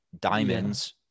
diamonds